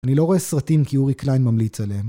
אני לא רואה סרטים כי אורי קליין ממליץ עליהם